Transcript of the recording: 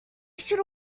should